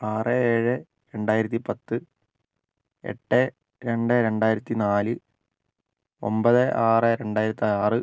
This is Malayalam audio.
ആറ് ഏഴ് രണ്ടായിരത്തി പത്ത് എട്ട് രണ്ട് രണ്ടായിരത്തി നാല് ഒൻപത് ആറ് രണ്ടായിരത്തി ആറ്